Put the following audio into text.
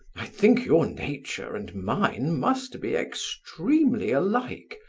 i think your nature and mine must be extremely alike,